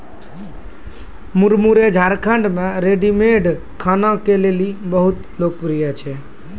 मुरमुरे झारखंड मे रेडीमेड खाना के लेली बहुत लोकप्रिय छै